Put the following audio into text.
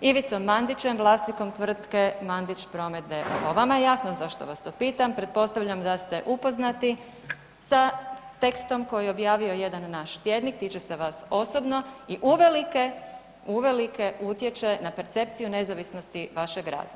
Ivicom Mandićem vlasnikom tvrtke MANDIĆ PROMET d.o.o., vama je jasno zašto vas to pitam, pretpostavljam da ste upoznati sa tekstom koji je objavio jedan naš tjednik, tiče se vas osobno i uvelike, uvelike utječe na percepciju nezavisnosti vašeg rada.